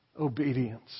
Obedience